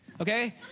okay